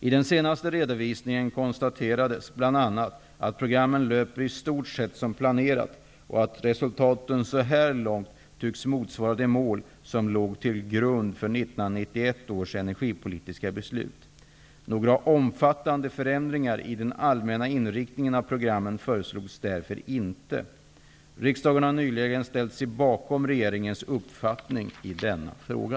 I den senaste redovisningen konstaterades bl.a. att programmen löper i stort sett som planerat och att resultaten så här långt tycks motsvara de mål som låg till grund för 1991 års energipolitiska beslut. Några omfattande förändringar i den allmänna inriktningen av programmen föreslogs därför inte. Riksdagen har nyligen ställt sig bakom regeringens uppfattning i denna fråga.